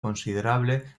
considerable